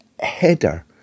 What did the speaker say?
header